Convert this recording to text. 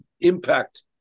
impact